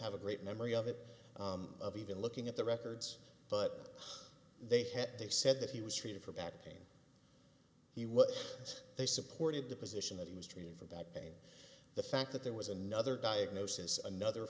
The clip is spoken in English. have a great memory of it of even looking at the records but they had they said that he was treated for back pain he was they supported the position that he was treated for that pain the fact that there was another diagnosis another